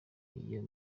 iyo